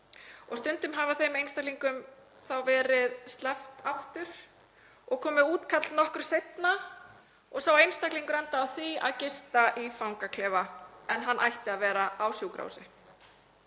Stundum hefur veikum einstaklingi þá verið sleppt aftur og svo kemur útkall nokkru seinna og sá einstaklingur endar á því að gista í fangaklefa en hann ætti að vera á sjúkrahúsi.